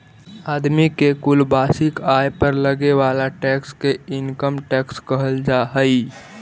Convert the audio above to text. आदमी के कुल वार्षिक आय पर लगे वाला टैक्स के इनकम टैक्स कहल जा हई